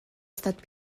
estat